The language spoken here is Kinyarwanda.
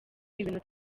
ibintu